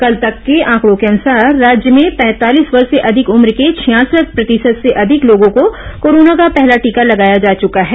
कल तक के आंकड़ो के अनुसार राज्य में पैंतालीस वर्ष से अधिक उम्र के छियासठ प्रतिशत से अधिक लोगों को कोरोना का पहला टीका लगाया जा चका है